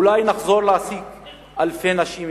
אולי נחזור להעסיק אלפי נשים דרוזיות.